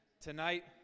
tonight